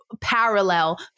parallel